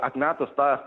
atmetus tą